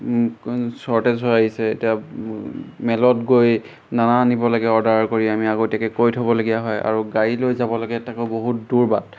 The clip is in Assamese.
চৰ্টেজ হৈ আহিছে এতিয়া মেলত গৈ দানা আনিব লাগে অৰ্ডাৰ কৰি আমি আগতীয়াকৈ কৈ থ'বলগীয়া হয় আৰু গাড়ী লৈ যাব লাগে তাকো বহুত দূৰ বাত